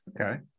Okay